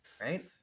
right